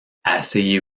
asseyez